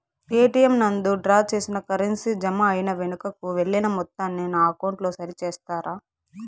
ATM నందు draw చేసిన currency జామ అయి వెనుకకు వెళ్లిన మొత్తాన్ని నా అకౌంట్ లో సరి చేస్తారా?